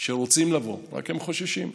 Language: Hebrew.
שרוצים לבוא, רק הם חוששים.